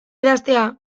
idaztea